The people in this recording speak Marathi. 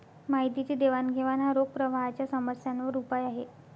माहितीची देवाणघेवाण हा रोख प्रवाहाच्या समस्यांवर उपाय आहे